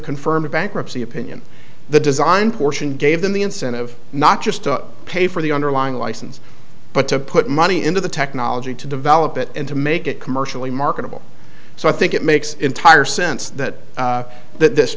confirmed bankruptcy opinion the design portion gave them the incentive not just to pay for the underlying license but to put money into the technology to develop it and to make it commercially marketable so i think it makes entire sense that